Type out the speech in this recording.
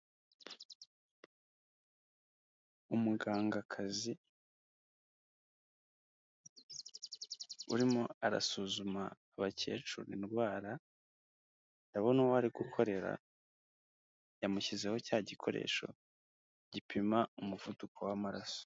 Umugangakazi urimo arasuzuma abakecuru indwara, ndabona uwo ari gukorera yamushyizeho cya gikoresho gipima umuvuduko w'amaraso.